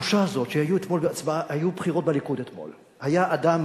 התחושה הזאת, היו בחירות בליכוד אתמול, היה אדם